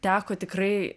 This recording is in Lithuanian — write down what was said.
teko tikrai